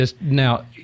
Now